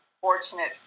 fortunate